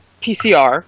PCR